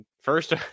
First